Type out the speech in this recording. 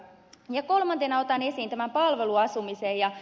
kolmantena otan esiin tämän palveluasumisen